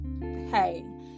hey